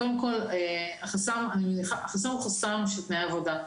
קודם כל, החסם הוא חסם של תנאי עבודה.